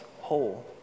whole